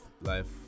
life